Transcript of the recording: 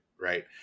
Right